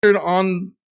on